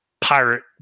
pirate